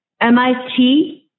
MIT